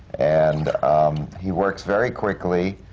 and he works very quickly.